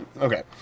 Okay